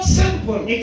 simple